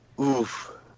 oof